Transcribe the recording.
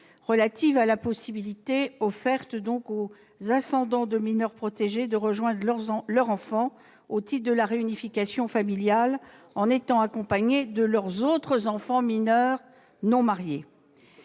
relatives à la possibilité offerte aux ascendants de mineurs protégés de rejoindre leur enfant au titre de la réunification familiale, en étant accompagnés de leurs autres enfants mineurs non mariés.